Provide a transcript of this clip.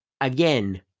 again